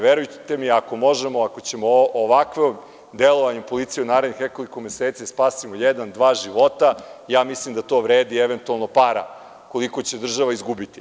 Verujte mi, ako možemo, ako ćemo ovakvim delovanjem policije u narednih nekoliko meseci da spasimo jedan, dva života, ja mislim da to vredi eventualno para koliko će država izgubiti.